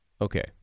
Okay